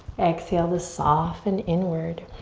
exhale to soften inward.